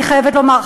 אני חייבת לומר,